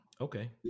okay